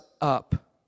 up